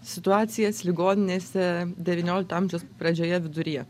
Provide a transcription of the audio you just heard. situacijas ligoninėse devyniolikto amžiaus pradžioje viduryje